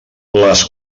les